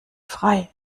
frei